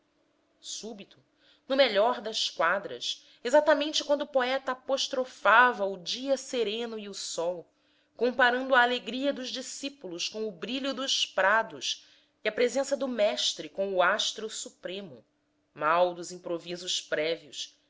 súbito no melhor das quadras exatamente quando o poeta apostrofava o dia sereno e o sol comparando a alegria dos discípulos com o brilho dos prados e a presença do mestre com o astro supremo mal dos improvisos prévios